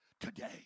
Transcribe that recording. Today